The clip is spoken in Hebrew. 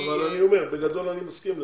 אבל אני אומר, בגדול אני מסכים לזה.